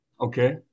Okay